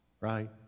right